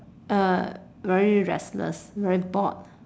uh very restless very bored